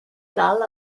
dal